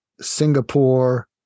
Singapore